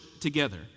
together